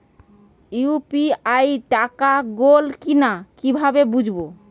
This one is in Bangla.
ইউ.পি.আই টাকা গোল কিনা কিভাবে বুঝব?